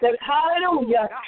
Hallelujah